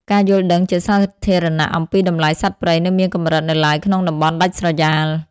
ការយល់ដឹងជាសាធារណៈអំពីតម្លៃសត្វព្រៃនៅមានកម្រិតនៅឡើយក្នុងតំបន់ដាច់ស្រយាល។